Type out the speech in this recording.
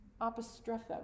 apostrophe